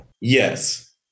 Yes